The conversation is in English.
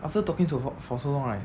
after talking so for so long right